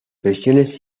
versiones